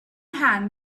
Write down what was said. hand